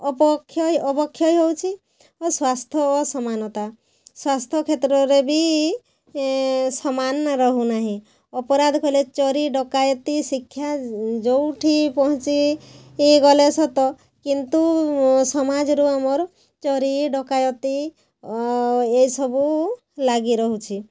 ଅବକ୍ଷୟ ଅବକ୍ଷୟ ହଉଛି ଓ ସ୍ୱାସ୍ଥ୍ୟ ଓ ସମାନତା ସ୍ୱାସ୍ଥ୍ୟ କ୍ଷେତ୍ରରେ ବି ସମାନ ରହୁନାହିଁ ଅପରାଧ କଲେ ଚୋରି ଡକାୟତି ଶିକ୍ଷା ଯେଉଁଠି ପହଞ୍ଚି ଗଲେ ସତ କିନ୍ତୁ ସମାଜରୁ ଆମର ଚୋରି ଡକାୟତି ଏସବୁ ଲାଗି ରହୁଛି